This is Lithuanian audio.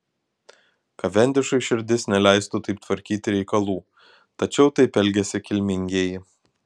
kavendišui širdis neleistų taip tvarkyti reikalų tačiau taip elgiasi kilmingieji